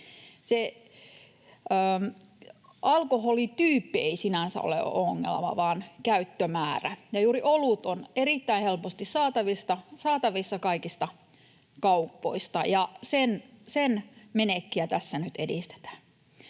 Alkoholityyppi ei sinänsä ole ongelma vaan käyttömäärä, ja juuri olutta on erittäin helposti saatavissa kaikista kaupoista, ja sen menekkiä tässä nyt edistetään.